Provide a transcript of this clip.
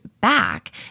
back